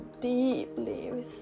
deeply